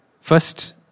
first